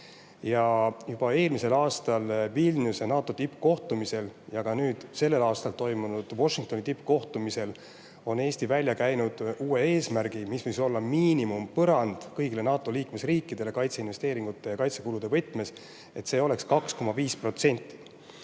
Juba eelmisel aastal NATO tippkohtumisel Vilniuses ja nüüd sellel aastal toimunud Washingtoni tippkohtumisel on Eesti välja käinud uue eesmärgi, mis võiks olla miinimum, põrand kõigi NATO liikmesriikide jaoks kaitseinvesteeringute ja kaitsekulude võtmes: et see oleks 2,5%.